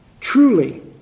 truly